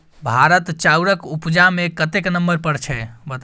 भारत चाउरक उपजा मे कतेक नंबर पर छै?